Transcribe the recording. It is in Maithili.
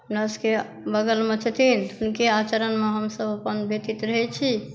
हमरासभके बग़लमे छथिन हुनके आचरणमे हमसभ अपन व्यतीत रहै छी